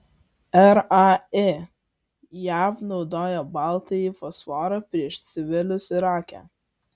rai jav naudojo baltąjį fosforą prieš civilius irake